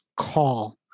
call